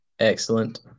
Excellent